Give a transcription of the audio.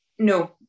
No